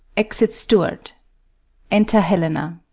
exit steward enter helena